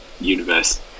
universe